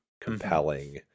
compelling